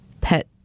pet